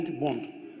bond